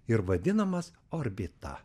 ir vadinamas orbita